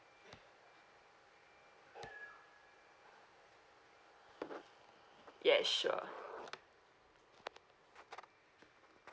yes sure